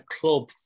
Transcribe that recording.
club